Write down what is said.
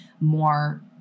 more